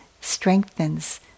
strengthens